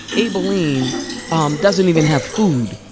aibileen um doesn't even have food.